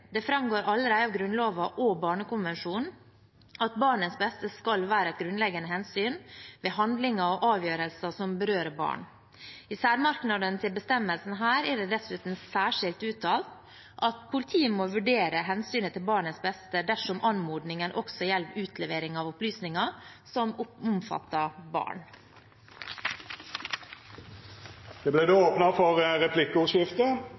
framgår allerede av Grunnloven og barnekonvensjonen at barnets beste skal være et grunnleggende hensyn ved handlinger og avgjørelser som berører barn. I særmerknadene til bestemmelsen her er det dessuten særskilt uttalt at politiet må vurdere hensynet til barnets beste dersom anmodningen også gjelder utlevering av opplysninger som omfatter barn. Det vert replikkordskifte.